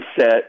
set